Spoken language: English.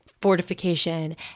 fortification